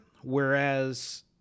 whereas